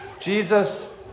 Jesus